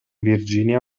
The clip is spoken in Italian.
virginia